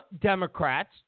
Democrats